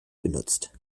benutzt